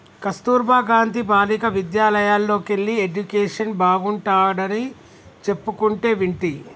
కస్తుర్బా గాంధీ బాలికా విద్యాలయల్లోకెల్లి ఎడ్యుకేషన్ బాగుంటాడని చెప్పుకుంటంటే వింటి